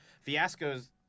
Fiasco's